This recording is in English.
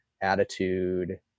attitude